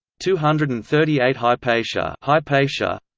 two hundred and thirty eight hypatia hypatia